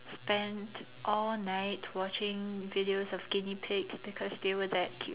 spent all night watching videos of guinea pigs because they were that cute